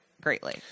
greatly